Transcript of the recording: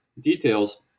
details